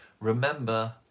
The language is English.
remember